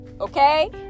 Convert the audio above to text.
Okay